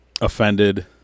offended